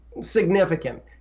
significant